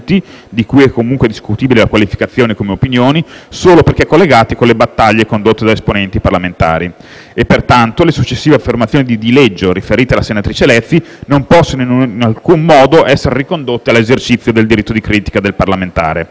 di cui è comunque discutibile la qualificazione come opinioni - solo perché collegati con le «battaglie» condotte da esponenti parlamentari»» e pertanto le successive affermazioni di dileggio, riferite alla senatrice Lezzi, non possono in alcun modo essere ricondotte all'esercizio del diritto di critica del parlamentare».